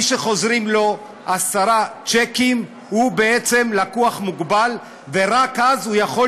מי שחוזרים לו עשרה שיקים הוא בעצם לקוח מוגבל ורק אז הוא יכול